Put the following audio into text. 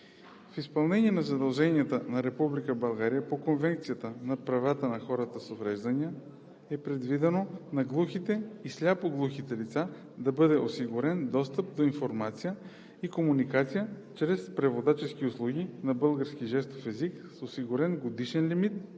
В изпълнение на задълженията на Република България по Конвенцията за правата на хората с увреждания е предвидено на глухите и сляпо-глухите лица да бъде осигурен достъп до информация и комуникация чрез преводачески услуги на български жестов език с осигурен годишен лимит,